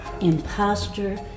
imposter